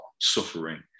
suffering